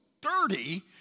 dirty